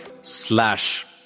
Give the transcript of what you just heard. slash